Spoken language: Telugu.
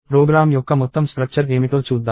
ప్రోగ్రామ్ యొక్క మొత్తం స్ట్రక్చర్ ఏమిటో చూద్దాం